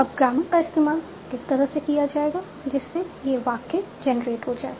अब ग्रामर का इस्तेमाल किस तरह से किया जाएगा जिससे यह वाक्य जनरेट हो जाए